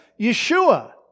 Yeshua